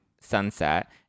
sunset